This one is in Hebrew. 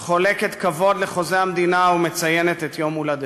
חולקת כבוד לחוזה המדינה ומציינת את יום הולדתו.